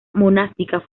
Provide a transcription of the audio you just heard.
monástica